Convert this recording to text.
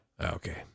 Okay